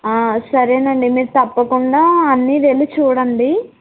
సరేనండీ మీరు తప్పకుండా అన్నీ వెళ్ళీ చూడండి